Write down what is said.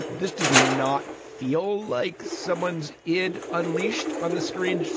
this does not feel like someone's id unleashed on the screen,